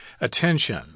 attention